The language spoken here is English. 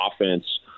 offense